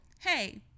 hey